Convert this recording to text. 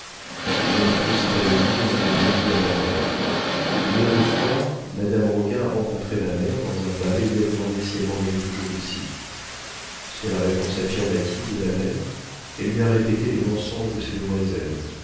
je n'ai jamais cru ces calomnies et n'en ai rien dit à ma mère hier au soir madame roguin a rencontré ma mère dans un bal et lui a demandé si elle m'envoyait toujours ici sur la réponse affirmative de ma mère elle lui a répété les mensonges de ces demoiselles